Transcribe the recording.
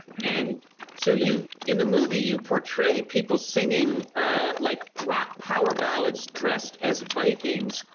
and so you, in the movie you portray people singing like rock power ballads dressed as vikings.